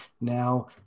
now